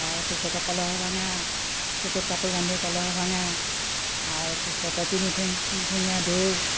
তাৰপিছতে কলহ ভঙা চকুত কাপোৰ বান্ধি কলহ ভঙা তাৰপিছতে তিনি ঠেং তিনি ঠেঙীয়া দৌৰ